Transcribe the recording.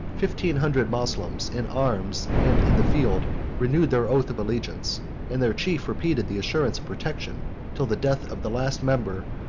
fifteen hundred moslems, in arms and in the field, renewed their oath of allegiance and their chief repeated the assurance of protection till the death of the last member,